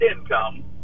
income